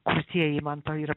kurtieji man tą yra